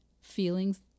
Feelings